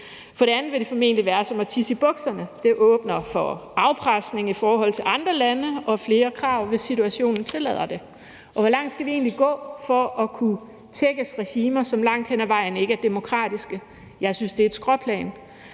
For det andet vil det formentlig være som at tisse i bukserne – det åbner for afpresning i forhold til andre lande og flere krav, hvis situationen tillader det. Og hvor langt skal vi egentlig gå for at kunne tækkes regimer, som langt hen ad vejen ikke er demokratiske? Jeg synes, det er et skråplan.